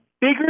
bigger